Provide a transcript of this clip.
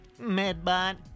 Medbot